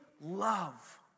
love